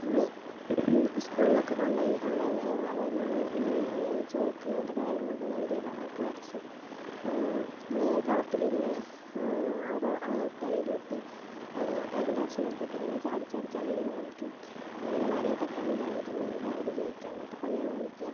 നമ്മള് സ്കൂളിലൊക്കെ കൊണ്ടുപോയി അവിടെ അതായത് നമ്മള് അതായത് ചോക്ക് അങ്ങനത്തെ കാര്യം കൊണ്ടുവന്ന് വലിയ കളം ഒക്കെ വരച്ച് കളത്തില് ഇങ്ങനെ ഓരോ ടൈലും ഇട്ട് ടൈലിൻ്റെ കഷ്ണം ഇട്ടിട്ടിങ്ങനെ ചാടി ചാടി ചാടി ഇങ്ങനെ കളിക്കും അതായത് വരയിൽ തട്ടാതെ ചാടിയിട്ടുണ്ടെങ്കില് അവര് ജയിക്കും അങ്ങനത്തെ കളിയാണ് കളിക്കുക